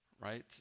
Right